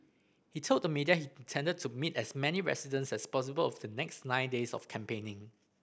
he told the media he intended to meet as many residents as possible of the next nine days of campaigning